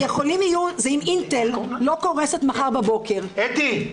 יכולים יהיו זה אם אינטל לא קורסת מחר בבוקר --- אתי,